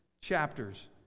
chapters